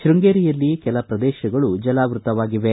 ಶೃಂಗೇರಿಯಲ್ಲಿ ಕೆಲ ಪ್ರದೇಶಗಳು ಜಲಾವೃತವಾಗಿವೆ